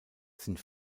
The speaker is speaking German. sind